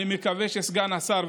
אני מקווה שסגן השר,